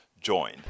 join